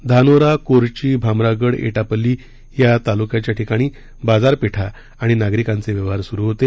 धानोरा कोरची भामरागड एटापल्ली या तालुकास्थळांच्या बाजारपेठा आणि नागरिकांचे व्यवहार सुरु होते